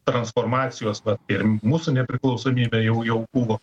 transformacijos ir mūsų nepriklausomybė jau jau buvo